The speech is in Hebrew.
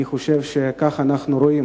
אני חושב שכך אנחנו רואים